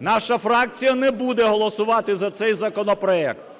Наша фракція не буде голосувати за цей законопроект.